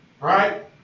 Right